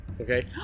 Okay